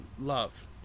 love